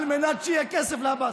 על מנת שיהיה כסף לעבאס.